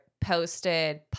posted